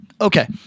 Okay